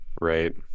Right